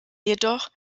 jedoch